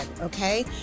okay